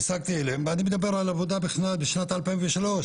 עסקתי בהן ואני מדבר על עבודה בכלל שנת 2003,